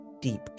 deep